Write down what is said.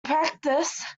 practice